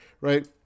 right